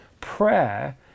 prayer